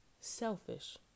selfish